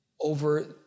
over